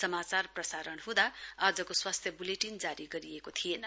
समाचार प्रसारण हुँदा आजको स्वास्थ्य बुलेटिन जारी गरिएको थिएन